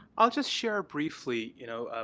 i'll just share briefly you know,